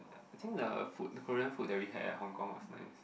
I think the food the Korean food that we had at Hong Kong was nice